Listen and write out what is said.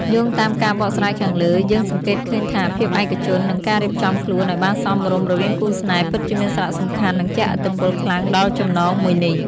យោងតាមការបកស្រាយខាងលើ យើងសង្កេតឃើញថាភាពឯកជន និងការរៀបចំខ្លួនឱ្យបានសមរម្យរវាងគូរស្នេហ៍ពិតជាមានសារៈសំខាន់និងជះឥទ្ធិពលខ្លាំងដល់ចំណងមួយនេះ។